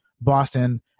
Boston